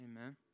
Amen